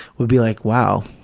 would be like, wow,